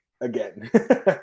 again